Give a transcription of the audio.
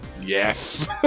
yes